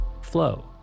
flow